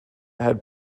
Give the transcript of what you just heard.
had